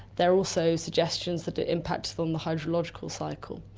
there are also suggestions that it impacted on the hydrological cycle.